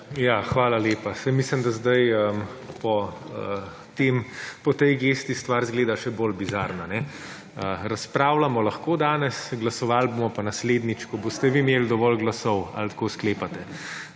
hvala lepa. Saj mislim, da zdaj po tej gesti stvar izgleda še bolj bizarna, kajne. Razpravljamo lahko danes, glasoval bomo pa naslednjič, ko boste vi imel dovolj glasov. Ali tako sklepate?